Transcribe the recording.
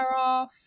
off